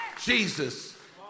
Jesus